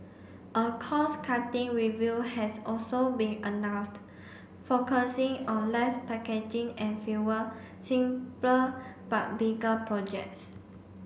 a cost cutting review has also been announced focusing on less packaging and fewer simpler but bigger projects